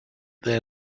their